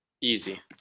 Easy